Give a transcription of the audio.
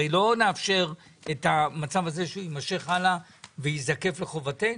הרי לא נאפשר את המצב הזה שהוא יימשך הלאה וייזקף לחובתנו.